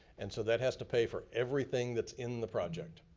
and so that has to pay for everything that's in the project.